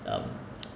um